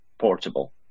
portable